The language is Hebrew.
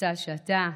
מבצע שאתה,